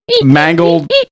mangled